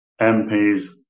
MPs